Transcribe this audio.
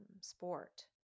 sport